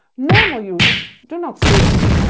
normal users do not see it.